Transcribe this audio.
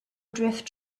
drift